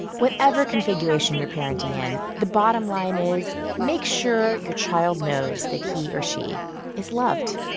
whatever configuration you're parenting in, the bottom line is make sure your child knows that he or she is loved